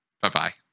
Bye-bye